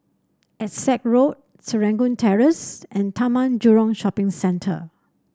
Essex Road Serangoon Terrace and Taman Jurong Shopping Centre